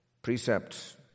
Precepts